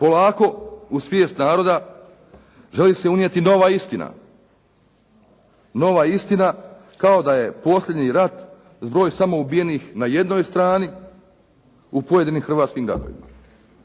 Polako u svijest naroda želi se unijeti nova istina, nova istina kao da je posljednji rat zbroj samo ubijenih na jednoj strani u pojedinim hrvatskim gradovima.